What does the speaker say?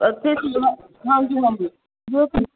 ਹਾਂਜੀ ਹਾਂਜੀ